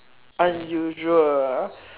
unusual